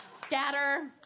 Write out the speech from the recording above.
scatter